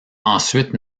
ensuite